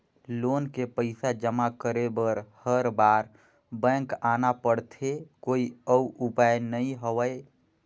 Loan के पईसा जमा करे बर हर बार बैंक आना पड़थे कोई अउ उपाय नइ हवय?